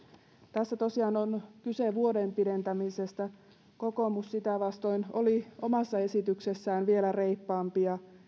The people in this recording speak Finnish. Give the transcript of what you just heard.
tässä tosiaan on kyse vuoden pidentämisestä kokoomus sitä vastoin oli omassa esityksessään vielä reippaampi ja